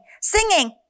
singing